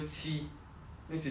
六十七六十八